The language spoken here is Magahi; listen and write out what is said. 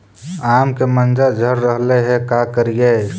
आम के मंजर झड़ रहले हे का करियै?